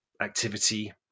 activity